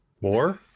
More